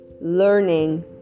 learning